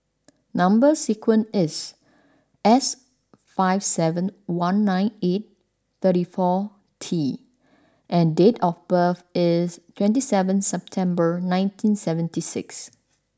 number sequence is S five seven one nine eight thirty four T and date of birth is twenty seven September nineteen seventy six